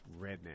Redneck